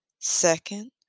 Second